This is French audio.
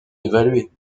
évalués